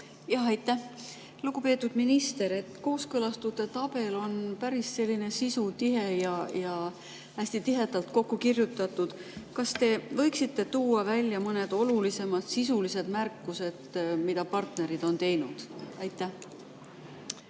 Aitäh! Lugupeetud minister! Kooskõlastustabel on päris sisutihe ja hästi tihedalt kokku kirjutatud. Kas te võiksite tuua välja mõned olulisemad sisulised märkused, mida partnerid on teinud? Aitäh!